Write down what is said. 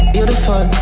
Beautiful